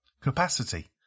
Capacity